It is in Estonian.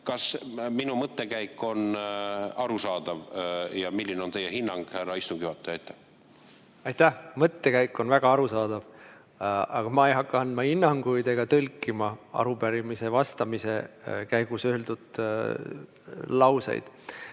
Kas minu mõttekäik on arusaadav ja milline on teie hinnang, härra istungi juhataja? Aitäh! Mõttekäik on väga arusaadav, aga ma ei hakka andma hinnanguid ega tõlkima arupärimisele vastamise käigus öeldud lauseid.